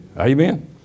amen